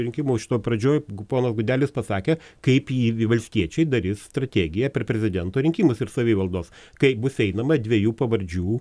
rinkimo šitų pradžioj ponas gudelis pasakė kaip jį valstiečiai darys strategiją per prezidento rinkimus ir savivaldos kaip bus einama dviejų pavardžių